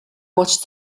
watched